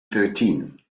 thirteen